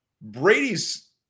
Brady's